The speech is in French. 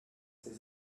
ces